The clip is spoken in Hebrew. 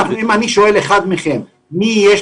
אין לנו